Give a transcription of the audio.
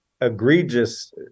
egregious